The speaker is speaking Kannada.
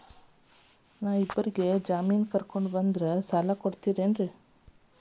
ನಾ ಇಬ್ಬರಿಗೆ ಜಾಮಿನ್ ಕರ್ಕೊಂಡ್ ಬಂದ್ರ ಸಾಲ ಕೊಡ್ತೇರಿ?